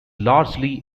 largely